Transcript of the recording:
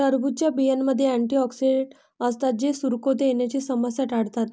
टरबूजच्या बियांमध्ये अँटिऑक्सिडेंट असतात जे सुरकुत्या येण्याची समस्या टाळतात